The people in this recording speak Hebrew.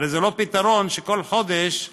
הרי זה לא פתרון שכל חודש מחדש.